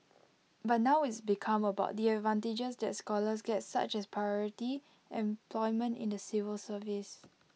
but now it's become about the advantages that scholars get such as priority employment in the civil service